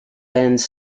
bands